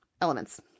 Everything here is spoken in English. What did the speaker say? elements